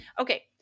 Okay